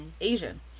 Asian